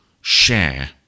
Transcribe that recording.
Share